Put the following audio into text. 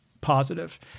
positive